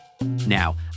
Now